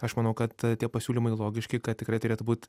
aš manau kad tie pasiūlymai logiški kad tikrai turėtų būt